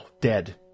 dead